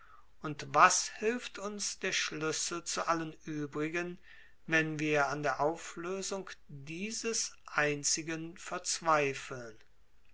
und was hilft uns der schlüssel zu allen übrigen wenn wir an der auflösung dieses einzigen verzweifeln